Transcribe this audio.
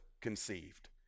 conceived